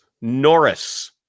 Norris